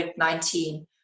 COVID-19